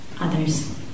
others